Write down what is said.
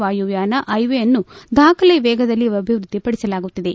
ವಾಯುಯಾನ ಐವೇ ಅನ್ನು ದಾಖಲೆಯ ವೇಗದಲ್ಲಿ ಅಭಿವೃದ್ವಿಪಡಿಸಲಾಗುತ್ತಿದೆ